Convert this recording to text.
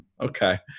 Okay